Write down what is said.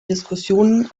diskussionen